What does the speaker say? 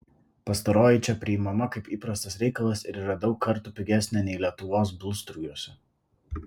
pastaroji čia priimama kaip įprastas reikalas ir yra daug kartų pigesnė nei lietuvos blusturgiuose